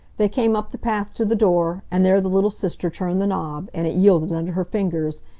they came up the path to the door, and there the little sister turned the knob, and it yielded under her fingers,